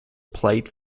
played